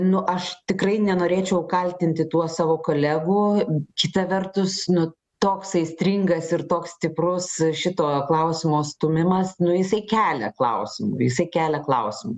nu aš tikrai nenorėčiau kaltinti tuo savo kolegų kita vertus nu toks aistringas ir toks stiprus šito klausimo stūmimas nu jisai kelia klausimų jisai kelia klausimų